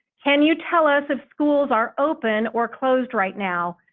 can you tell us if schools are open or closed right now?